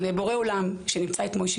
אל"ף אני מתפללת לבורא עולם שנמצא את מויישי